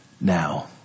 now